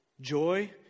joy